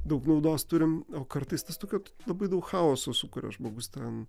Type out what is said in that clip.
daug naudos turim o kartais tas tokio labai daug chaoso sukuria žmogus ten